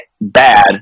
bad